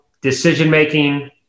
decision-making